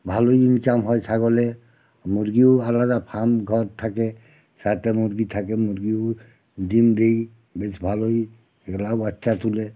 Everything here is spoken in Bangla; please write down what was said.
ভালোই ইনকাম হয় ছাগলে মুরগিও আলাদা ফার্ম ঘর থাকে সাথে মুরগি থাকে মুরগির ডিম দিই বেশ ভালোই লাভ তা তুলে